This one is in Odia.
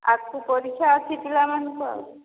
ଆଗକୁ ପରୀକ୍ଷା ଅଛି ପିଲାମାନଙ୍କର